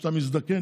כשאתה מזדקן,